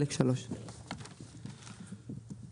חלק 3‏;